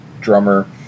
drummer